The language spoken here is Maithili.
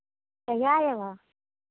कहिआ अयबह